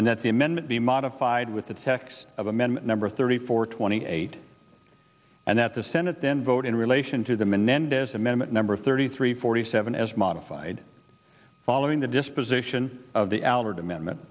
and that the amendment be modified with the text of amendment number thirty four twenty eight and that the senate then vote in relation to the menendez amendment number thirty three forty seven as modified following the disposition of the aldred amendment